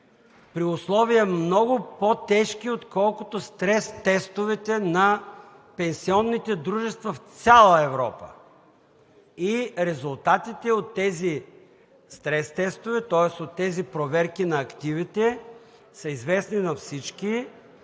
при условия много по-тежки, отколкото стрес тестовете на пенсионните дружества. Резултатите от тези стрес тестове, тоест от тези проверки на активите, са известни на всички,